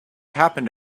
happened